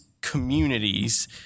communities